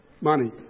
money